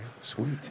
Sweet